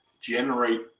generate